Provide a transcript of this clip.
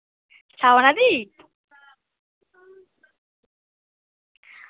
শাওনাদি